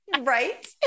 right